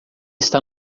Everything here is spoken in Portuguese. está